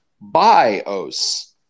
Bios